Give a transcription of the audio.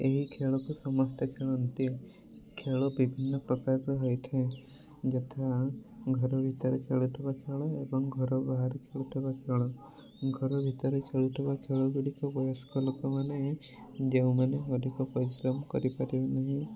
ଏହି ଖେଳକୁ ସମସ୍ତେ ଖେଳନ୍ତି ଖେଳ ବିଭିନ୍ନ ପ୍ରକାରର ହୋଇଥାଏ ଯଥା ଘର ଭିତରେ ଖେଳୁଥିବା ଖେଳ ଏବଂ ଘର ବାହାରେ ଖେଳୁଥିବା ଖେଳ ଘର ଭିତରେ ଖେଳୁଥିବା ଖେଳ ଗୁଡ଼ିକ ବୟସ୍କ ଲୋକମାନେ ଯେଉଁମାନେ ଅଧିକ ପରିଶ୍ରମ କରିପାରିବେ ନାହିଁ